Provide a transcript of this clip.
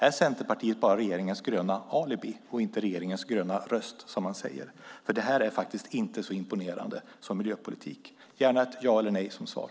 Är Centerpartiet bara regeringens gröna alibi och inte regeringens gröna röst, som man säger? Det här är inte så imponerande som miljöpolitik. Ge gärna ett ja eller ett nej som svar!